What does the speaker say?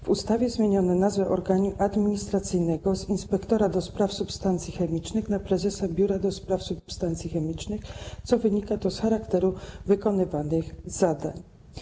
W ustawie zmieniono nazwę organu administracyjnego z inspektora do spraw substancji chemicznych na prezesa Biura do spraw Substancji Chemicznych, co wynika z charakteru wykonywanych zadań.